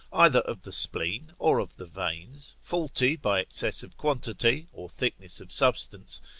either of the spleen, or of the veins, faulty by excess of quantity, or thickness of substance,